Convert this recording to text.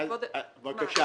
בבקשה,